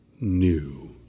new